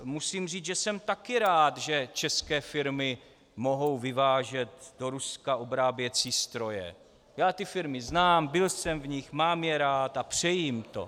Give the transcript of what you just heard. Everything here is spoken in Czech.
Musím říci, že jsem také rád, že české firmy mohou vyvážet do Ruska obráběcí stroje, já ty firmy znám, byl jsem v nich, mám je rád a přeji jim to.